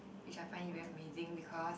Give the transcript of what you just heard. which I find it very amazing because